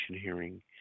hearing